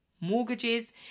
mortgages